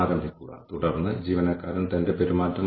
ആ പരിപാടികൾക്കായി നമ്മൾ എത്ര രൂപ ചെലവഴിച്ചു